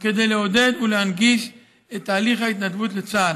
כדי לעודד ולהנגיש את תהליך ההתנדבות לצה"ל,